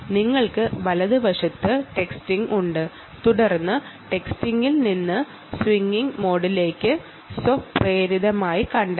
നിങ്ങൾക്ക് വലതുവശത്ത് ടെക്സ്റ്റിംഗ് ഉണ്ട് തുടർന്ന് ടെക്സ്റ്റിംഗിൽ നിന്ന് സ്വിംഗിംഗ് മോഡിലേക്ക് ഓട്ടോമാറ്റിക് ഡിടെക്ഷൻ നടത്താൻ കഴിയുന്നു